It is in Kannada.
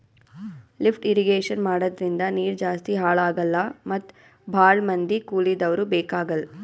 ಲಿಫ್ಟ್ ಇರ್ರೀಗೇಷನ್ ಮಾಡದ್ರಿಂದ ನೀರ್ ಜಾಸ್ತಿ ಹಾಳ್ ಆಗಲ್ಲಾ ಮತ್ ಭಾಳ್ ಮಂದಿ ಕೂಲಿದವ್ರು ಬೇಕಾಗಲ್